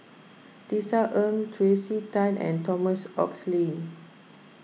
Tisa Ng Tracey Tan and Thomas Oxley